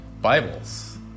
Bibles